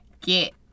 get